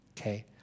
Okay